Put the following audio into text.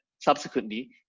subsequently